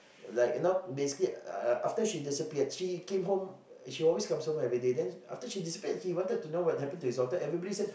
like you know basically after she disappeared she came home she always comes home everyday after she disappeared he wanted to know what happened to his daughter everybody said